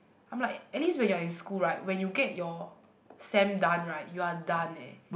I'm like at least when you're in school right when you get your sem done right you're done eh